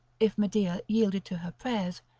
if medea yielded to her prayers,